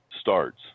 starts